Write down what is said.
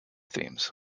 themes